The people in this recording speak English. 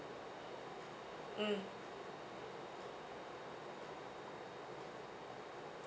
mm